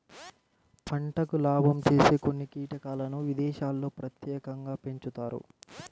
పంటకు లాభం చేసే కొన్ని కీటకాలను విదేశాల్లో ప్రత్యేకంగా పెంచుతారు